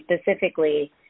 specifically